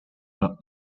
pas